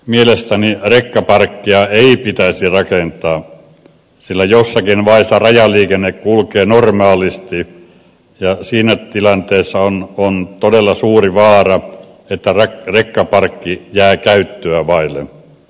mielestäni rekkaparkkia ei pitäisi rakentaa sillä jossakin vaiheessa rajaliikenne kulkee normaalisti ja siinä tilanteessa on todella suuri vaara että rekkaparkki jää käyttöä vaille